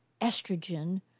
estrogen